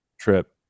trip